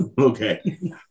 okay